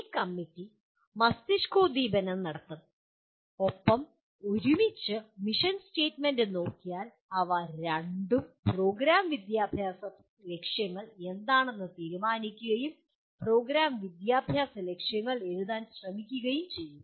ഈ കമ്മിറ്റി മസ്തിഷ്കോദ്ദീപനം നടത്തും ഒപ്പം ഒരുമിച്ച് മിഷൻ സ്റ്റേറ്റ്മെന്റ് നോക്കിയാൽ ഇവ രണ്ടും പ്രോഗ്രാം വിദ്യാഭ്യാസ ലക്ഷ്യങ്ങൾ എന്താണെന്ന് തീരുമാനിക്കുകയും പ്രോഗ്രാം വിദ്യാഭ്യാസ ലക്ഷ്യങ്ങൾ എഴുതാൻ ഞങ്ങൾ ശ്രമിക്കുകയും ചെയ്യും